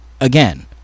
again